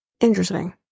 interesting